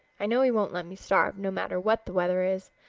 i know he won't let me starve, no matter what the weather is.